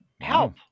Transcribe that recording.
help